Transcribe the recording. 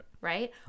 right